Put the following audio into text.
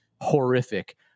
horrific